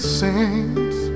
saints